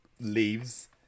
leaves